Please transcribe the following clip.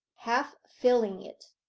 half filling it.